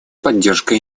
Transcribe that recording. поддержка